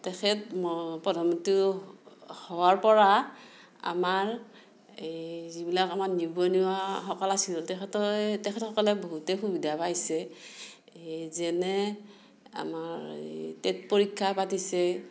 তেখেত প্ৰধানমন্ত্ৰী হোৱাৰপৰা আমাৰ এই যিবিলাক আমাৰ নিবনুৱাসকল আছিল তেখেতে তেখেতসকলে বহুতেই সুবিধা পাইছে এই যেনে আমাৰ এই টেট পৰীক্ষা পাতিছে